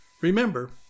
remember